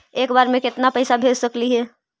एक बार मे केतना पैसा भेज सकली हे?